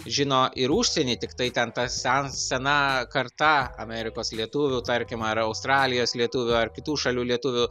žino ir užsieny tik tai ten tas sen sena karta amerikos lietuvių tarkim ar australijos lietuvių ar kitų šalių lietuvių